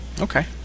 Okay